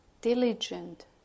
diligent